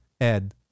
Ed